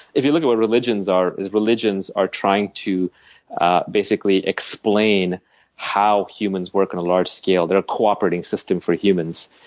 if you look at what religions are, is religions are trying to basically explain how humans work on a large scale. there are cooperating systems for humans.